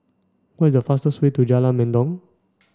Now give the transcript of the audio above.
what is the fastest way to Jalan Mendong